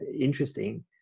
interesting